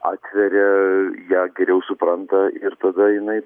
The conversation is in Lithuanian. atveria ją geriau supranta ir tada jinai